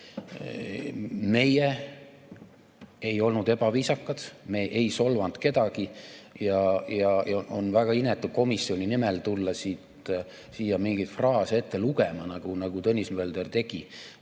Meie ei olnud ebaviisakad, me ei solvanud kedagi. On väga inetu komisjoni nimel tulla siia mingeid fraase ette lugema, nagu Tõnis Mölder tegi.